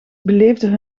beleefden